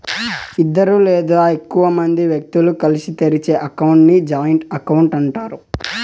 ఇద్దరు లేదా ఎక్కువ మంది వ్యక్తులు కలిసి తెరిచే అకౌంట్ ని జాయింట్ అకౌంట్ అంటారు